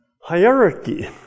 hierarchy